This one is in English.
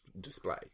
display